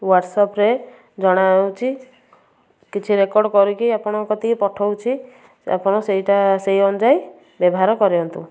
ହ୍ୱାଟସ୍ଆପ୍ରେ ଜଣା ହେଉଛି କିଛି ରେକର୍ଡ଼ କରିକି ଆପଣଙ୍କ କତିକି ପଠାଉଛି ଆପଣ ସେଇଟା ସେଇ ଅନୁଯାୟୀ ବ୍ୟବହାର କରିଅନ୍ତୁ